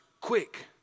quick